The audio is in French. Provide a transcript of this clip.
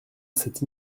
cette